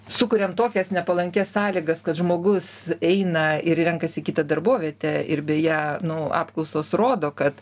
sukuriam tokias nepalankias sąlygas kad žmogus eina ir renkasi kitą darbovietę ir beje nu apklausos rodo kad